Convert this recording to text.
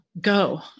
go